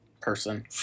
person